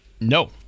No